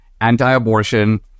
anti-abortion